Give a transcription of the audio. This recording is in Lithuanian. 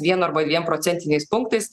vienu arba dviem procentiniais punktais